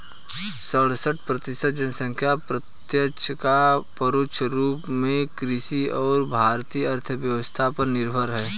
सड़सठ प्रतिसत जनसंख्या प्रत्यक्ष या परोक्ष रूप में कृषि और भारतीय अर्थव्यवस्था पर निर्भर है